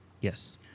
Yes